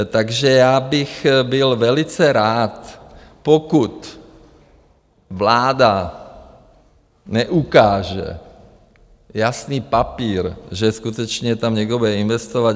Takže já bych byl velice rád, pokud vláda neukáže jasný papír, že skutečně tam někdo bude investovat...